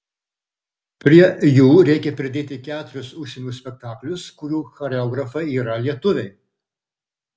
prie jų reikia pridėti keturis užsienio spektaklius kurių choreografai yra lietuviai